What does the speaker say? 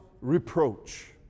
reproach